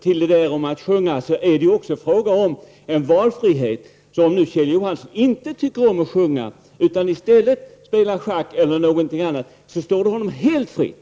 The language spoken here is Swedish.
När det gäller sjungandet, är det också en fråga om valfrihet. Om Kjell Johansson inte tycker om att sjunga utan i stället vill spela schack eller något annat, står det honom helt fritt.